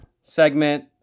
segment